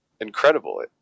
incredible